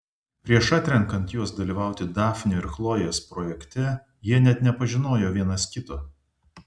prieš atrenkant juos dalyvauti dafnio ir chlojės projekte jie net nepažinojo vienas kito